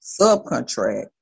subcontract